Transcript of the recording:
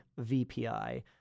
VPI